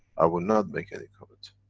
i will not make any comments.